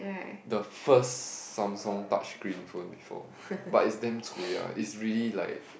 the first Samsung touch screen phone before but it's damn cui ah is really like